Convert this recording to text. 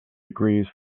degrees